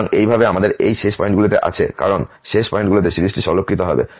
সুতরাং এইভাবে আমাদের এই শেষ পয়েন্টগুলিতে আছে কারণ শেষ পয়েন্টগুলিতে সিরিজটি সরলীকৃত হবে